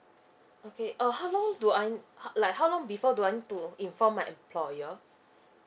okay uh how long do I need like how long before do I need to inform my employer